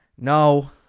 No